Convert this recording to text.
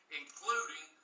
including